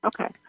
Okay